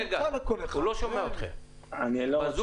אושרו.